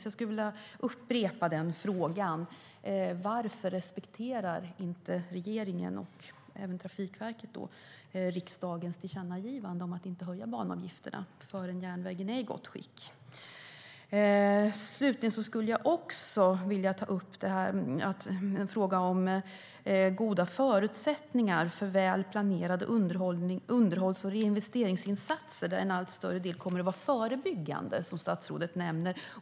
Jag skulle alltså vilja upprepa den frågan: Varför respekterar inte regeringen och Trafikverket riksdagens tillkännagivande om att inte höja banavgifterna förrän järnvägen är i gott skick? Slutligen skulle jag vilja ta upp frågan om goda förutsättningar för väl planerade underhålls och reinvesteringsinsatser. En allt större del kommer att vara förebyggande, som statsrådet nämner.